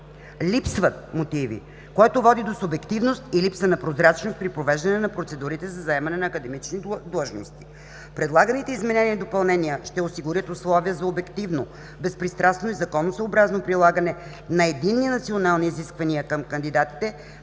липсват мотиви, което води до субективност и липса на прозрачност при провеждане на процедурите за заемане на академични длъжности. Предлаганите изменения и допълнения ще осигурят условия за обективно, безпристрастно и законосъобразно прилагане на единни национални изисквания към кандидатите